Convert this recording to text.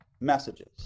messages